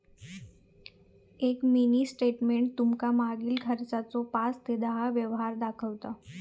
एक mini statement तुमका मागील खर्चाचो पाच ते दहा व्यवहार दाखवता